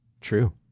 True